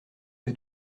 que